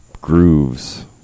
grooves